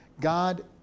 God